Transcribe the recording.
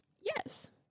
Yes